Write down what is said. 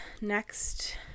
Next